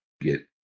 get